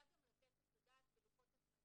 אנחנו לא נדע גם לתת את הדעת בלוחות הזמנים